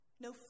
no